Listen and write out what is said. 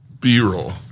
B-roll